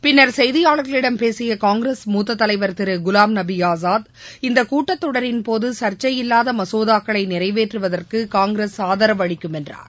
பின்னர் செய்தியாளர்களிடம் பேசிய காங்கிரஸ் மூத்த தலைவர் திரு குலாம்நபி ஆஸாத் இந்த கூட்டத்தொடரின்போது சர்ச்சை இல்லாத மசோதாக்களை நிறைவேற்றுவதற்கு காங்கிரஸ் ஆதரவு அளிக்கும் என்றார்